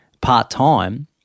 part-time